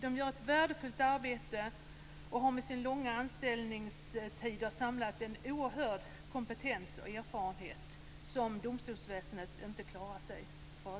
De gör ett värdefullt arbete och har med sina långa anställningstider samlat en oerhörd kompetens och erfarenhet som domstolsväsendet inte klarar sig utan.